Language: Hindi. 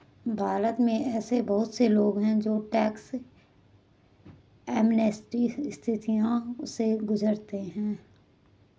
भारत में ऐसे बहुत से लोग हैं जो टैक्स एमनेस्टी स्थितियों से गुजरते हैं